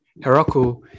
Heroku